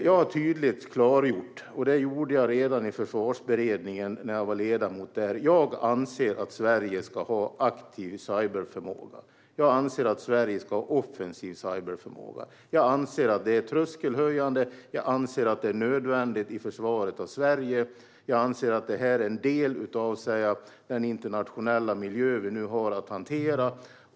Redan när jag var ledamot i Försvarsberedningen gjorde jag tydligt att jag anser att Sverige ska ha en aktiv cyberförmåga. Jag anser att Sverige ska ha offensiv cyberförmåga. Jag anser att det är tröskelhöjande, och jag anser att det är nödvändigt i försvaret av Sverige. Jag anser att det är en del av den internationella miljö vi nu har att hantera.